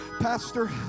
Pastor